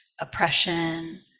oppression